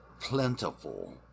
plentiful